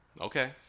Okay